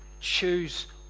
Choose